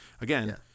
again